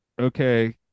Okay